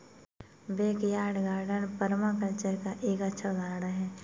backyard garden permaculture का एक अच्छा उदाहरण हैं